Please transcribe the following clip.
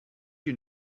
you